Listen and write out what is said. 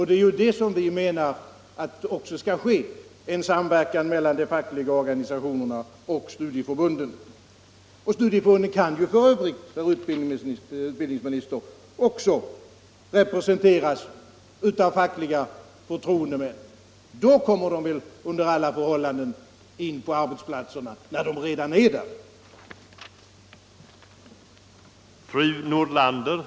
Det är detta som vi menar verkligen skall ske — en samverkan mellan de fackliga organisationerna och studieförbunden. Studieförbunden kan f.ö., herr utbildningsminister, representeras av fackliga förtroendemän. Då kommer de under alla förhållanden in på arbetsplatserna — där de alltså redan är.